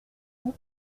vous